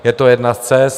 Je to jedna z cest.